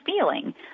feeling